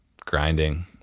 grinding